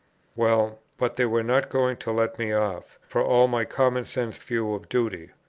well, but they were not going to let me off, for all my common-sense view of duty.